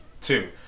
two